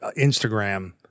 Instagram